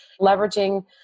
leveraging